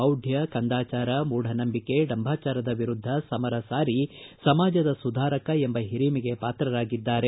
ಮೌಢ್ಯ ಕಂದಾಚಾರ ಮೂಢನಂಬಿಕೆ ಡಂಭಾಚಾರದ ವಿರುದ್ಧ ಸಮರ ಸಾರಿ ಸಮಾಜದ ಸುಧಾರಕ ಎಂಬ ಹಿರಿಮೆಗೆ ಪಾತ್ರರಾಗಿದ್ದಾರೆ